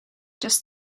just